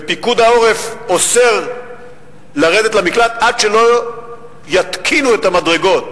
ופיקוד העורף אוסר לרדת למקלט עד שלא יתקנו את המדרגות,